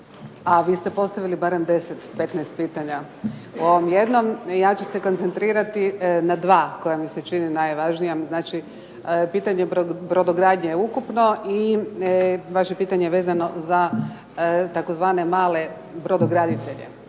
a vi ste postavili barem 10, 15 pitanja u ovom jednom. I ja ću se koncentrirati na dva koja mi se čini najvažnija. Znači pitanje brodogradnje ukupno i vaše pitanje vezano za tzv. male brodograditelje.